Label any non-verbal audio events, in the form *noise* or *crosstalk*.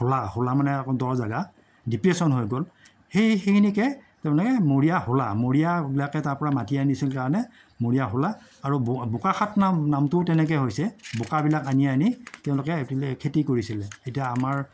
হোলা হোলা মানে দ' জাগা *unintelligible* হৈ গ'ল সেই সেইখিনিকে তাৰমানে মৰিয়া হোলা মৰিয়াবিলাকে তাৰপৰা মাটি আনিছিল কাৰণে মৰিয়াহোলা আৰু বোকাখাত নাম নামটোও তেনেকে হৈছে বোকাবিলাক আনি আনি তেওঁলোকে এইফালে খেতি কৰিছিলে এতিয়া আমাৰ